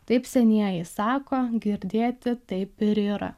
taip senieji sako girdėti taip ir yra